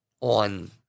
on